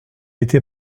été